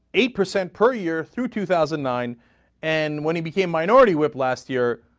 eight percent per year through two thousand nine and when he became minority with last year ah.